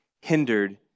hindered